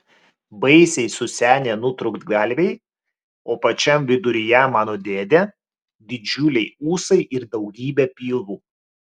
baisiai susenę nutrūktgalviai o pačiam viduryje mano dėdė didžiuliai ūsai ir daugybė pilvų